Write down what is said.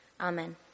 Amen